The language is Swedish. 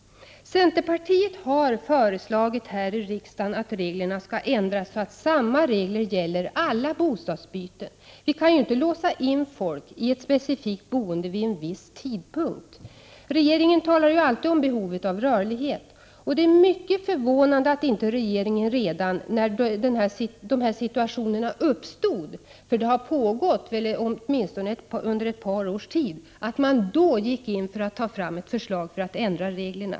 Centerpartiet har här i riksdagen föreslagit att reglerna skall ändras, så att samma regler gäller alla bostadsbyten. Vi kan ju inte låsa in folk i ett specifikt boende vid en viss tidpunkt. Regeringen talar alltid om behovet av rörlighet. Det är mycket förvånande att regeringen inte redan när denna situation uppstod — detta har pågått åtminstone i ett par års tid — gick in för att ändra reglerna.